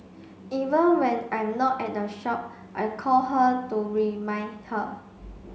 even when I'm not at the shop I call her to remind her